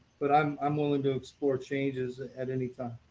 but i'm i'm willing to explore changes at any time.